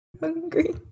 Hungry